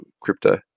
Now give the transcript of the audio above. crypto